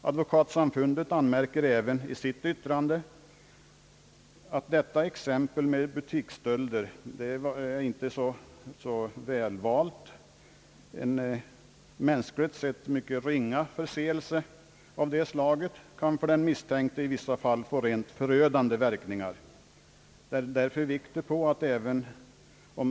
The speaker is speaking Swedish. Advokatsamfundet anmärker också i sitt yttrande, att exemplet med butiksstölder inte är så väl valt. En mänskligt sett ringa förseelse av det slaget kan för den misstänkte i vissa fall få rent förödande verkningar.